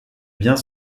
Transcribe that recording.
biens